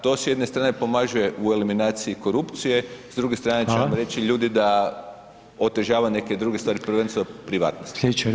To s jedne strane pomaže u eliminaciji korupcije, s druge strane će vam reći ljudi [[Upadica: Hvala.]] da otežava neke druge stvari prvenstveno privatnost.